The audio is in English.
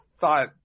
thought